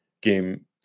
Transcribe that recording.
game